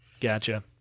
gotcha